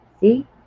See